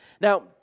Now